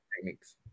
techniques